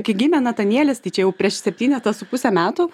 kai gimė natanielis tai čia jau prieš septynetą su puse metų